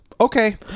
okay